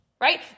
right